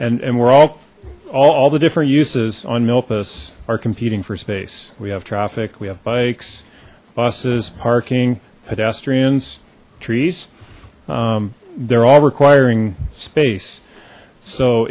and and we're all all the different uses on milpas are competing for space we have traffic we have bikes buses parking pedestrians trees they're all requiring space so